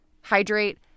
hydrate